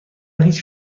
هیچ